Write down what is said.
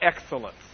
excellence